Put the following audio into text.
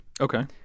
Okay